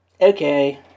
Okay